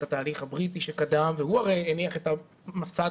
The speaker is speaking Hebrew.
את התהליך הבריטי שקדם והוא הרי הניח את המסד